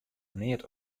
neat